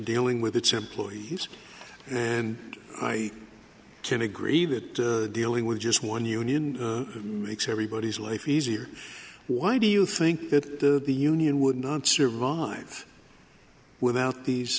dealing with its employees and i can agree that dealing with just one union makes everybody's life easier why do you think that the the union would not survive without these